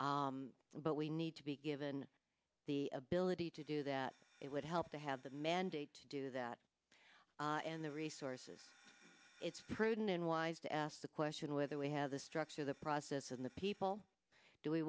but we need to be given the ability to do that it would help to have the mandate to do that and the resources it's prudent and wise to ask the question whether we have the structure the process and the people do we